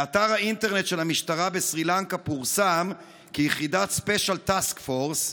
באתר האינטרנט של המשטרה בסרי לנקה פורסם כי יחידת Special Task Force,